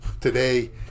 today